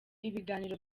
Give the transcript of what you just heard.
ibiganiro